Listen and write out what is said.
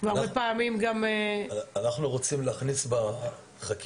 והרבה פעמים גם --- אנחנו רוצים להכניס בחקיקה,